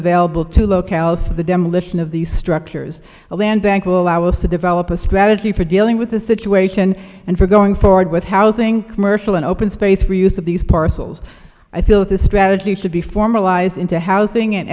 available to locales for the demolition of these structures to develop a strategy for dealing with the situation and for going forward with housing mercial and open space reuse of these parcels i feel that the strategy should be formalized into housing and